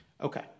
Okay